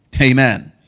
Amen